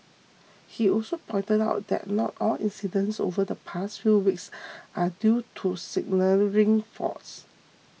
he also pointed out that not all incidents over the past few weeks are due to signalling faults